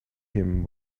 him